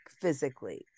physically